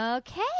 Okay